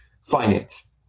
finance